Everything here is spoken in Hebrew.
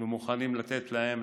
ומוכנים לתת להם.